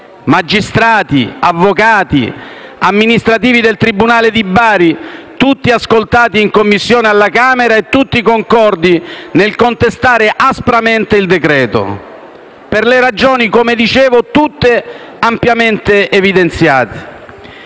magistrati, avvocati, amministrativi del tribunale di Bari, tutti ascoltati in Commissione alla Camera e tutti concordi nel contestare aspramente il provvedimento per ragioni, come ho detto, tutte ampiamente evidenziate.